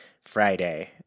Friday